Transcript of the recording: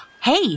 Hey